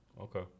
Okay